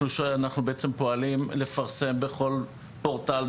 אנחנו בעצם פועלים לפרסם בכל פורטל,